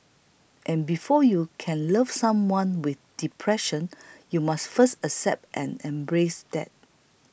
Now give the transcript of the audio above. and before you can love someone with depression you must first accept and embrace that